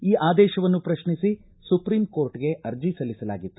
ಈ ಆದೇಶವನ್ನು ಪ್ರಶ್ನಿಸಿ ಸುಪ್ರೀಂ ಕೋರ್ಟ್ಗೆ ಅರ್ಜಿ ಸಲ್ಲಿಸಲಾಗಿತ್ತು